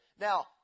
Now